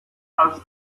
als